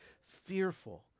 fearful